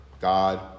God